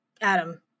Adam